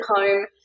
home